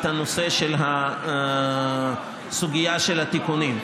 את הנושא של הסוגיה של התיקונים,